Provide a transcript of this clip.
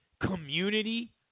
community